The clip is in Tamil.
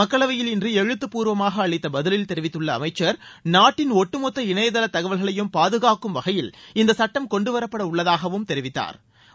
மக்களவையில் இன்று எழுத்துப்பூர்வமாக அளித்த பதிலில் தெரிவித்துள்ள அமைச்சா் நாட்டின் ஒட்டுமொத்த இணையதள தகவல்களையும் பாதுகாக்கும் வகையில் இந்த சட்டம் கொண்டுவரப்பட உள்ளதாகவும் தெரிவித்தாா்